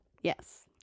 Yes